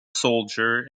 soldier